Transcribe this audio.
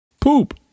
Poop